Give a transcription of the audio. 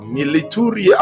Milituri